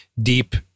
deep